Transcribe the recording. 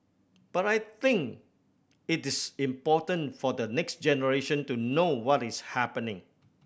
but I think it is important for the next generation to know what is happening